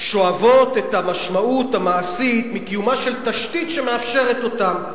שואבות את המשמעות המעשית מקיומה של תשתית שמאפשרת אותה,